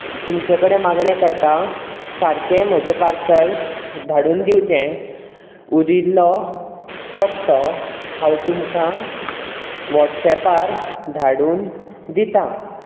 तुमचे कडेन मागणे करतां सारकें म्हजें पार्सल धाडून दिवचें उरिल्लो पत्तो हांव तुमकां वॉट्सएपार धाडून दितां